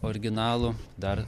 originalų dar